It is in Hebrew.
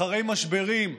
אחרי משברים,